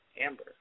Amber